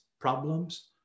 problems